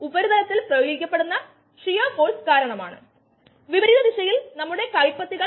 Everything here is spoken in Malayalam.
ഇത് എങ്ങനെ പ്രോസസ്സിനെ ഉൾക്കൊള്ളും